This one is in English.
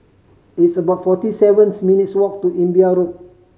it's about forty sevens minutes' walk to Imbiah Road